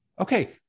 okay